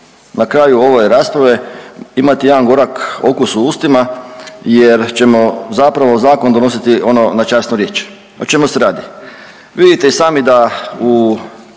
na kraju ove rasprave imati jedan gorak okus u ustima jer ćemo zapravo zakon donositi ono, na časnu riječ. O čemu se radi? Vidite i sami da u